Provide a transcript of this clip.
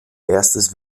erstes